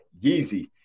Yeezy